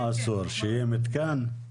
מה אסור, שיהיה מתקן?